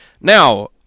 Now